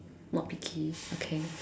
not picky okay